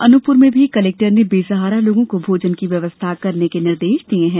अनूपपुर में भी कलेक्टर ने बेसहारा लोगों को भोजन की व्यवस्था करने के निर्देश दिये हैं